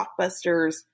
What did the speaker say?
blockbusters